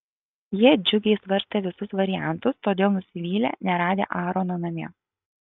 jie džiugiai svarstė visus variantus todėl nusivylė neradę aarono namie